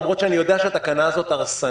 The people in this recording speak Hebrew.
למרות שאני יודע שהתקנה הזאת הרסנית.